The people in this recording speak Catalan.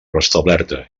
restablerta